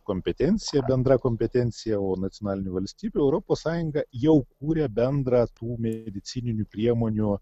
kompetencija bendra kompetencija o nacionalinių valstybių europos sąjunga jau kūrė bendrą tų medicininių priemonių